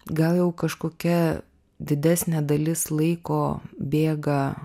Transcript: gal jau kažkokia didesnė dalis laiko bėga